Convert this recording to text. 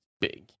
big